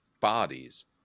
bodies